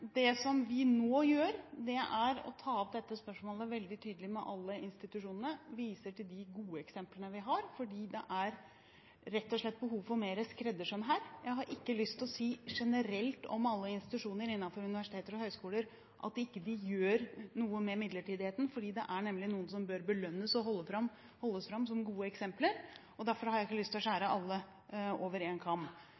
Det som vi nå gjør, er å ta opp dette spørsmålet veldig tydelig med alle institusjonene og vise til de gode eksemplene vi har, fordi det rett og slett er behov for mer skreddersøm her. Jeg har ikke lyst til å si generelt om alle institusjonene ved universiteter og høyskoler at de ikke gjør noe med midlertidigheten, fordi det nemlig er noen som bør belønnes og holdes fram som gode eksempler, og derfor har jeg ikke lyst til å